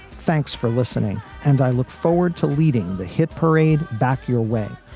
thanks for listening. and i look forward to leading the hit parade. back your way.